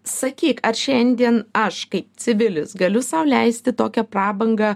sakyk ar šiandien aš kaip civilis galiu sau leisti tokią prabangą